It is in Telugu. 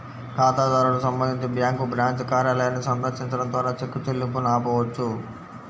ఖాతాదారుడు సంబంధించి బ్యాంకు బ్రాంచ్ కార్యాలయాన్ని సందర్శించడం ద్వారా చెక్ చెల్లింపును ఆపవచ్చు